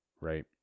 right